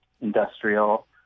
industrial